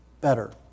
better